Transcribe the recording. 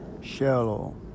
shallow